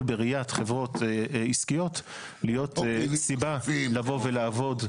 בראיית חברות עסקיות להיות סיבה לבוא ולעבוד.